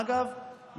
אגב,